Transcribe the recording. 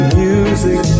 music